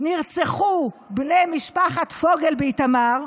נרצחו בני משפחת פוגל באיתמר,